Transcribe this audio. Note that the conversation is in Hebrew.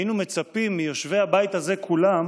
היינו מצפים מיושבי הבית הזה כולם